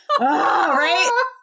Right